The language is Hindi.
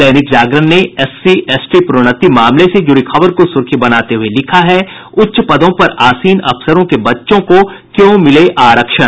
दैनिक जागरण ने एससी एसटी प्रोन्नति मामले से जुड़ी खबर को सुर्खी बनाते हुये लिखा है उच्च पदों पर आसीन अफसरों के बच्चों को क्यों मिले आरक्षण